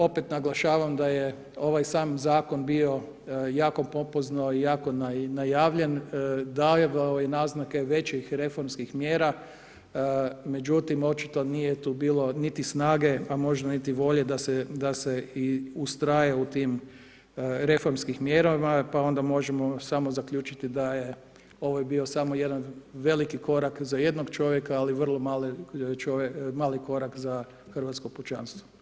Opet naglašavam da je ovaj sam zakon bio jako pompozno i jako najavljen davao je naznake većih reformskih mjera međutim očito nije tu bilo niti snage pa možda niti volje da se ustraje u tim reformskim mjerama, pa onda možemo samo zaključiti da je ovo je bio samo jedan veliki korak za jednog čovjeka ali vrlo male korak za hrvatsko pučanstvo.